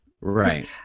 Right